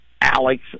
Alex